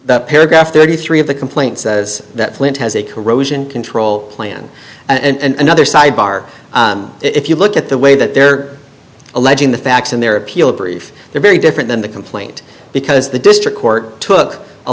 that paragraph thirty three of the complaint says that plant has a corrosion control plan and other side bar if you look at the way that they're alleging the facts in their appeal brief they're very different than the complaint because the district court took a